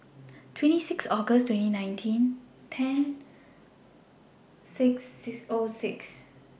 twenty six August twenty nineteen ten six O six